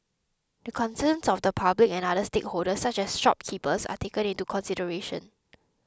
the concerns of the public and other stakeholders such as shopkeepers are taken into consideration